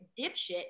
dipshit